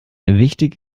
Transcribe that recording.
wichtig